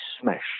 smash